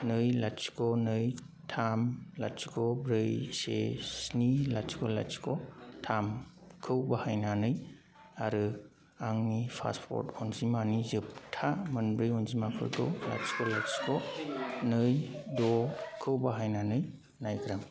नै लाथिख' नै थाम लाथिख' ब्रै से स्नि लाथिख' लाथिख' थामखौ बाहायनानै आरो आंनि पासपर्ट अनजिमानि जोबथा मोनब्रै अनजिमाफोरखौ लाथिख' लाथिख' नै द'खौ बाहायनानै नायग्रोम